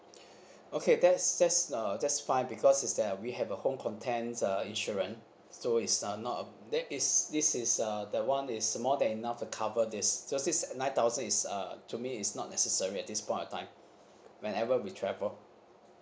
okay that's that's uh that's fine because is that we have a home contents uh insurance so is uh not a that it's this is uh the one is more than enough to cover this so since nine thousand is uh to me it's not necessary at this point of time whenever we travel